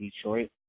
Detroit